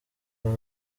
pac